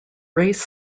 race